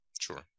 sure